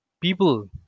People